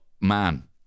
man